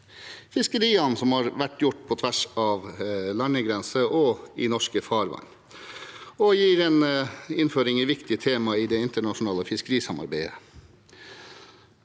fisket som har vært gjort på tvers av landegrenser og i norske farvann. Det gir en innføring i viktige tema i det internasjonale fiskerisamarbeidet,